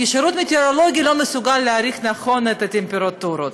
כי השירות המטאורולוגי לא מסוגל להעריך נכון את הטמפרטורות.